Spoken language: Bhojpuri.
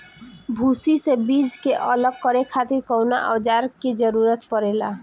भूसी से बीज के अलग करे खातिर कउना औजार क जरूरत पड़ेला?